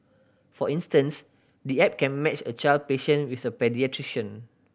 for instance the app can match a child patient with a paediatrician